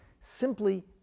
simply